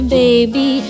baby